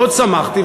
מאוד שמחתי,